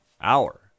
hour